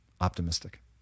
optimistic